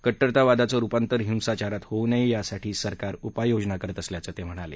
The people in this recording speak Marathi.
कट्टरतावादाचं रुपांतर हिंसाचारात होऊ नये यासाठी सरकार उपाययोजना करत असल्याचं ते म्हणाले